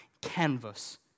canvas